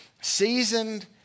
seasoned